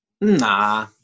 nah